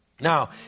Now